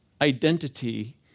identity